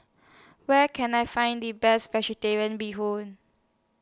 Where Can I Find The Best Vegetarian Bee Hoon